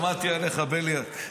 שמעתי עליך, בליאק.